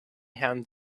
hand